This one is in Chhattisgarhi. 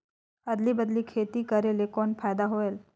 अदली बदली खेती करेले कौन फायदा होयल?